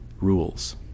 rules